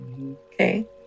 Okay